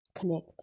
connect